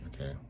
okay